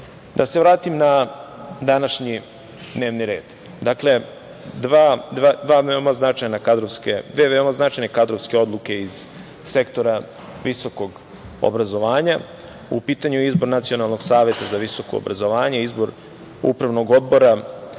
se vratim na današnji dnevni red. Dve veoma značajne kadrovske odluke iz sektora visokog obrazovanja. U pitanju je izbor Nacionalnog saveta za visoko obrazovanje i izbor Upravnog odbora